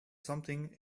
something